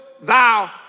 thou